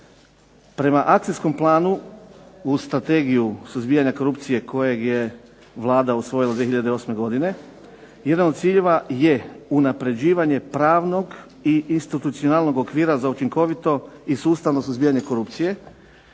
Prema akcijskom planu uz Strategiju suzbijanja korupcije kojeg je Vlada usvojila 2008. godine jedan od ciljeva je unapređivanje pravnog i institucionalnog okvira za učinkovito i sustavno suzbijanje korupcije